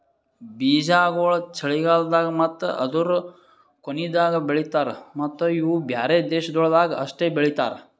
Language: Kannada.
ಬೀಜಾಗೋಳ್ ಚಳಿಗಾಲ್ದಾಗ್ ಮತ್ತ ಅದೂರು ಕೊನಿದಾಗ್ ಬೆಳಿತಾರ್ ಮತ್ತ ಇವು ಬ್ಯಾರೆ ದೇಶಗೊಳ್ದಾಗ್ ಅಷ್ಟೆ ಬೆಳಿತಾರ್